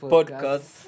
Podcast